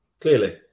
clearly